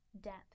depth